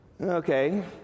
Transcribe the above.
Okay